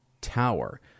Tower